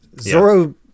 Zoro